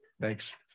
Thanks